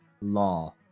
law